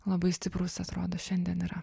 labai stiprus atrodo šiandien yra